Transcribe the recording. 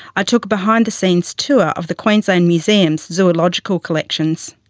i took a behind the scenes tour of the queensland museum's zoological collections.